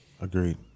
agreed